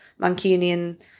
Mancunian